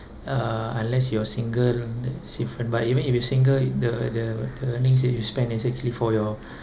uh unless you are single that's different but even if you single the the the earnings that you spend is actually for your